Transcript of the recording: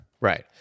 right